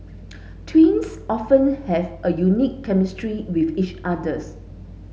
twins often have a unique chemistry with each others